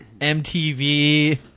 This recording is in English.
MTV